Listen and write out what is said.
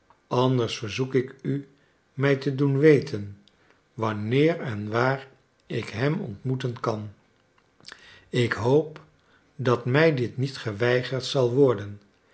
anders verzoek ik u mij te doen weten wanneer en waar ik hem ontmoeten kan ik hoop dat mij dit niet geweigerd zal worden